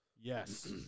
Yes